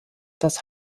das